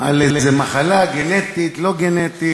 על מחלה גנטית, לא גנטית.